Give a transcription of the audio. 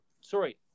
sorry